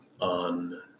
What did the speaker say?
on